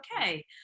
okay